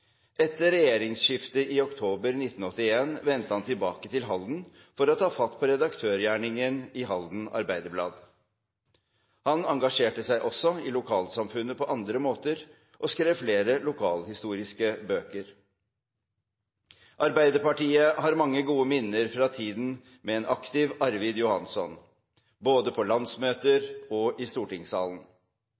Etter regjeringsskiftet i oktober 1981 vendte han tilbake til Halden for å ta fatt på redaktørgjerningen i Halden Arbeiderblad. Han engasjerte seg også i lokalsamfunnet på andre måter og skrev flere lokalhistoriske bøker. Arbeiderpartiet har mange gode minner fra tiden med en aktiv Arvid Johanson, både på landsmøter og i stortingssalen.